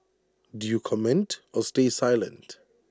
do you comment or stay silent